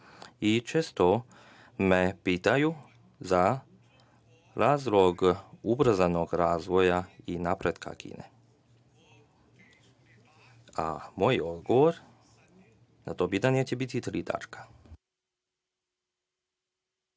i često me pitaju za razlog ubrzanog razvoja i napretka Kine, a moj odgovor na to pitanje će biti tri tačke. Kao